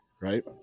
Right